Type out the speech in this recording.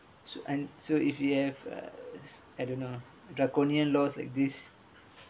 so and so if you have uh I don't know draconian laws like this